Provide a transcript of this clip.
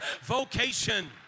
vocation